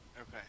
Okay